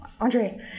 Andre